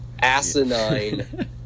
asinine